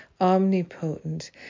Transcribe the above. omnipotent